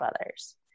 others